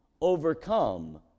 overcome